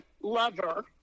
lover—